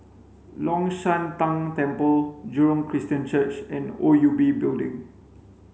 Long Shan Tang Temple Jurong Christian Church and O U B Building